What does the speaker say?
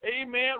amen